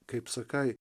kaip sakai